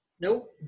Nope